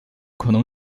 可能